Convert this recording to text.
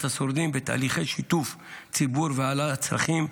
השורדים בתהליכי שיתוף ציבור והעלאת צרכים.